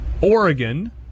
Oregon